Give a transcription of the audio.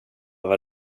var